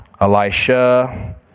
Elisha